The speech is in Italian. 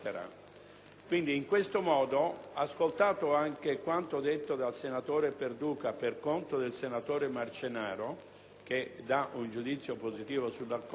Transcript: gravi reati. Ascoltato anche quanto detto dal senatore Perduca per conto del senatore Marcenaro, che dà un giudizio positivo sull'Accordo